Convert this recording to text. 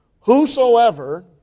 whosoever